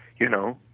you know,